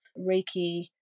Reiki